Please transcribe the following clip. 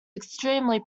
extremely